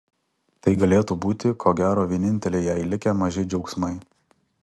tai galėtų būti ko gero vieninteliai jai likę maži džiaugsmai